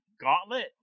gauntlet